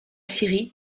syrie